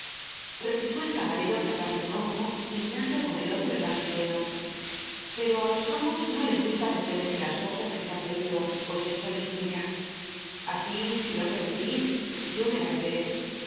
replicó el camacro cerrando un ojo y mil'aihio con el otro el mso lleno peo ü los amos no les gusta que se dejen las cosas que se han pedido pues eso les hmuilla a i si lo pcmilis yo me la beberé